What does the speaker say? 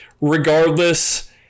Regardless